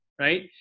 right